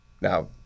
now